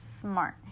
smart